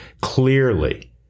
clearly